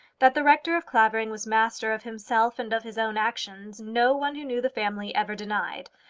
that the rector of clavering was master of himself and of his own actions, no one who knew the family ever denied,